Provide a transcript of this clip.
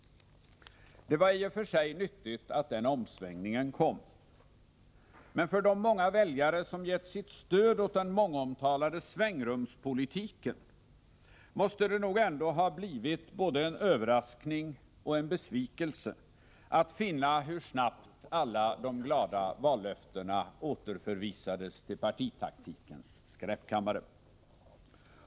Det var i och för sig nyttigt att den omsvängningen kom, men för de många väljare som gett sitt stöd åt den mångomtalade svängrumspolitiken måste det nog ändå ha blivit både en överraskning och en besvikelse att finna hur snabbt alla de glada vallöftena återförvisades till partitaktikens skräpkammare.